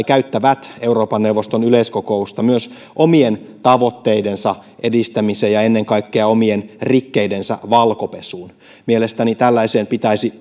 käyttävät euroopan neuvoston yleiskokousta myös omien tavoitteidensa edistämiseen ja ennen kaikkea omien rikkeidensä valkopesuun mielestäni tällaiseen pitäisi